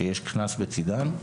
שיש קנס בצידן,